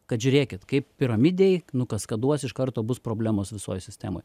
kad žiūrėkit kaip piramidėj nu kas ką duos iš karto bus problemos visoj sistemoj